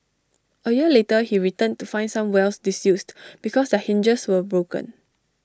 A year later he returned to find some wells disused because their hinges were broken